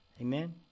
Amen